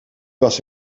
was